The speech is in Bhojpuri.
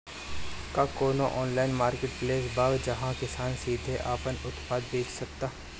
का कोनो ऑनलाइन मार्केटप्लेस बा जहां किसान सीधे अपन उत्पाद बेच सकता?